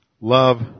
Love